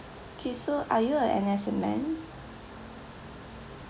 okay so are you a N_S men